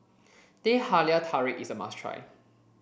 Teh Halia Tarik is a must try